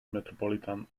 metropolitan